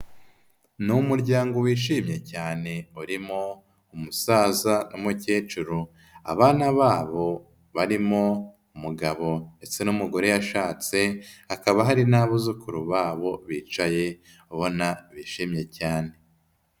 Ni umuryango wishimye cyane urimo umusaza, n'umukecuru, abana babo barimo umugabo ndetse n'umugore yashatse, hakaba hari n'abuzukuru babo bicaye ubona bishimye cyane.